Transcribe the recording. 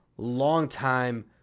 Long-time